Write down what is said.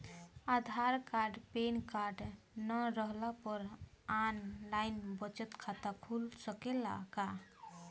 आधार card pan card न रहला पर आन लाइन बचत खाता खुल सकेला का?